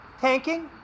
tanking